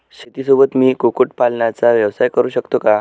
शेतीसोबत मी कुक्कुटपालनाचा व्यवसाय करु शकतो का?